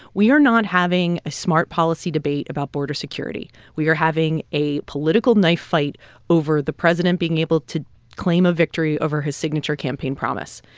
we are not having a smart policy debate about border security. we are having a political knife fight over the president being able to claim a victory over his signature campaign promise.